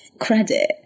credit